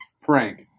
Frank